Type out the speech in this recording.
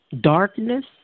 Darkness